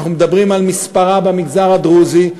אנחנו מדברים על מספרה במגזר הדרוזי,